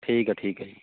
ਠੀਕ ਆ ਠੀਕ ਹੈ ਜੀ